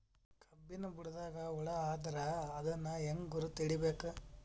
ಕಬ್ಬಿನ್ ಬುಡದಾಗ ಹುಳ ಆದರ ಅದನ್ ಹೆಂಗ್ ಗುರುತ ಹಿಡಿಬೇಕ?